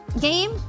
game